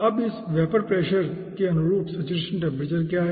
अब इस vapour pressure दाब के अनुरूप सेचुरेशन टेम्परेचर क्या है